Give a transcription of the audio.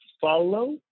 follow